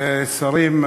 שרים,